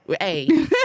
Hey